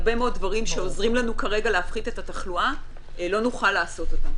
הרבה מאוד דברים שעוזרים לנו כרגע להפחית את התחלואה לא נוכל לעשות.